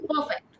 perfect